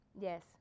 yes